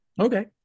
Okay